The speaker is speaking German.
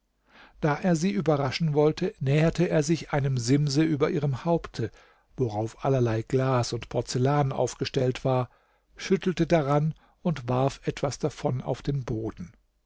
da er sie überraschen wollte näherte er sich einem simse über ihrem haupte worauf allerlei glas und porzellan aufgestellt war schüttelte daran und warf etwas davon auf den boden